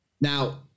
Now